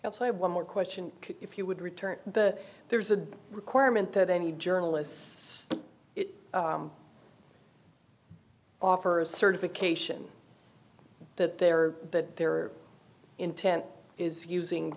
you i have one more question if you would return the there's a requirement that any journalists offer a certification that there that their intent is using